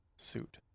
suit